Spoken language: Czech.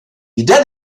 jde